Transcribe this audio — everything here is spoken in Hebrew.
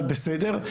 אבל בסדר.